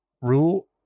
Rule